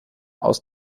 aus